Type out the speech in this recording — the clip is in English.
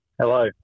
Hello